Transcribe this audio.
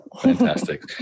Fantastic